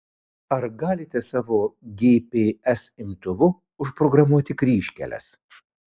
ar galite savo gps imtuvu užprogramuoti kryžkeles